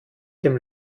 dem